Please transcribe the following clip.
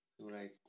Right